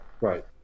right